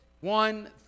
one